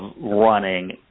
running